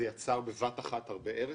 זה יצר בבת אחת הרבה ערך?